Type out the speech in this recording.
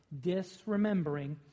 disremembering